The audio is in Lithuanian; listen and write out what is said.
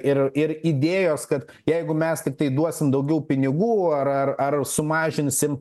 ir ir idėjos kad jeigu mes tiktai duosim daugiau pinigų ar ar ar sumažinsim